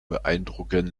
beeindrucken